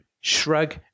Shrug